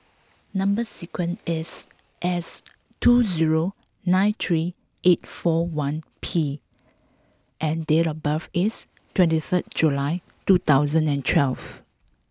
number sequence is S zero two nine three eight four one P and date of birth is twenty three July two thousand and twelve